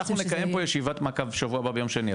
אנחנו נקיים פה ישיבת מעקב שבוע הבא ביום שני,